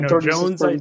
Jones